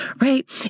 right